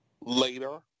later